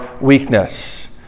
weakness